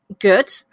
Good